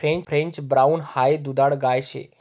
French brown high दुधाळ गाय शे